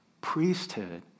priesthood